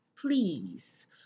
Please